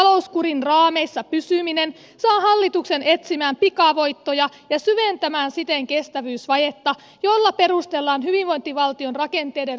mielivaltaisissa talouskurin raameissa pysyminen saa hallituksen etsimään pikavoittoja ja syventämään siten kestävyysvajetta jolla perustellaan hyvinvointivaltion rakenteiden romuttaminen